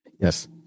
yes